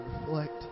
reflect